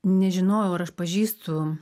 nežinojau ar aš pažįstu